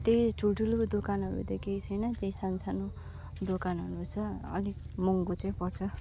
त्यही हो ठुल्ठुलो दोकानहरू त केही छैन त्यही सानो सानो दोकानहरू छ अलिक महँगो चाहिँ पर्छ